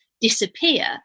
disappear